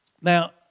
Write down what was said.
now